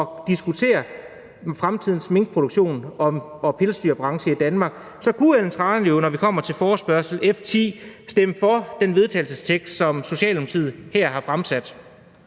og diskutere fremtidens minkproduktion og pelsdyrbranchen i Danmark, så kunne Ellen Trane Nørby, når vi kommer til forespørgsel nr. F 10, stemme for det forslag til vedtagelse, som Socialdemokratiet her har fremsat.